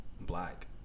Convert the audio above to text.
black